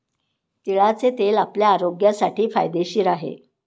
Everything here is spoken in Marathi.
तिळाचे तेल आपल्या आरोग्यासाठी फायदेशीर आहे